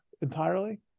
entirely